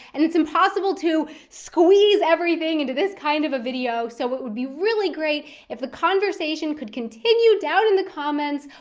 and it's impossible to squeeze everything into this kind of a video, so it would be really great if the conversation could continue down in the comments.